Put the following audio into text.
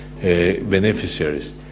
beneficiaries